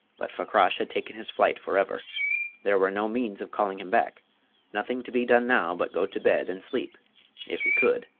but fakrash had taken his flight for ever there were no means of calling him back nothing to be done now but go to bed and sleep if he could!